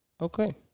Okay